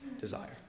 desire